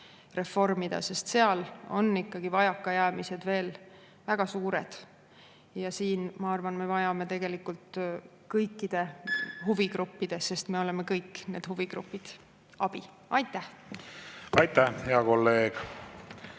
reformida, sest seal on vajakajäämised ikkagi veel väga suured. Siin, ma arvan, me vajame kõikide huvigruppide – sest me oleme kõik need huvigrupid – abi. Aitäh! Aitäh, hea kolleeg!